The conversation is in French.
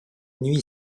nuit